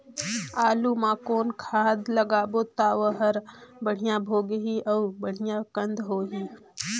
आलू मा कौन खाद लगाबो ता ओहार बेडिया भोगही अउ बेडिया कन्द होही?